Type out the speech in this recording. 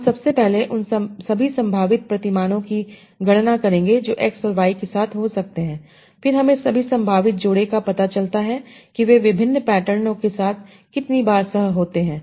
हम सबसे पहले उन सभी संभावित प्रतिमानों की गणना करेंगे जो X और Y के साथ हो सकते हैं फिर हमें सभी संभावित जोड़े का पता चलता है कि वे विभिन्न पैटर्नों के साथ कितनी बार सह होते हैं